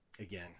again